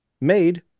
made